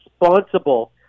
responsible